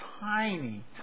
tiny